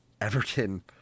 Everton